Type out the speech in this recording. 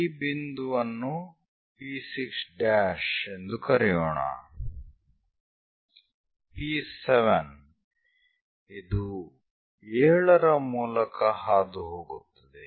ಈ ಬಿಂದುವನ್ನು P6' ಎಂದು ಕರೆಯೋಣ P 7 ಇದು 7 ರ ಮೂಲಕ ಹಾದುಹೋಗುತ್ತದೆ